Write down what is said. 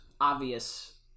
obvious